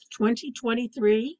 2023